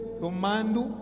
tomando